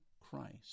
Christ